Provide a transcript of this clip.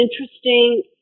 interesting